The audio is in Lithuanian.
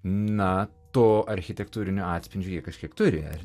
na to architektūrinio atspindžio jie kažkiek turi ar